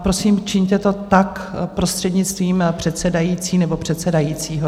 Prosím, čiňte to prostřednictvím předsedající nebo předsedajícího.